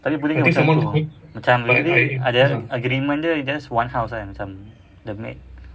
tapi boleh ke macam tu macam ada ada agreement dia is just one house kan the maid